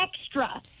Extra